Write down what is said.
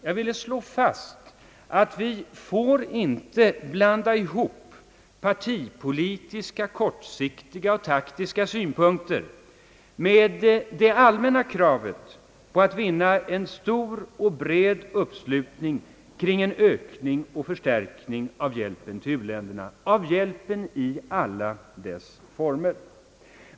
Jag ville slå fast, att vi inte får blanda ihop partipolitiska, kortsiktiga och taktiska synpunkter med det allmänna kravet på att vinna en stor och bred uppslutning kring en ökning och förstärkning av hjälpen till u-länderna i alla dess former.